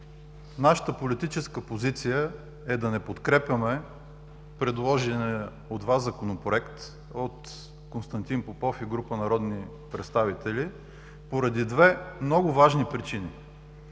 Нашата политическа позиция е да не подкрепяме предложения от Вас Законопроект – от Константин Попов и група народни представители, поради две много важни причини.